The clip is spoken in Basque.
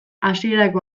hasierako